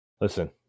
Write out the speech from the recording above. Listen